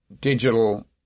digital